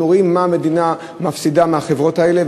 אנחנו רואים מה המדינה מפסידה מהחברות האלה.